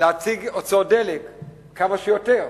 להציג כמה שיותר